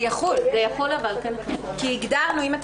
זה יחול, כי הגדרנו.